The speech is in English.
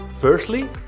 Firstly